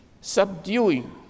subduing